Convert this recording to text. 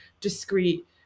discrete